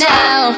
now